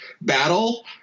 battle